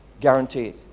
guaranteed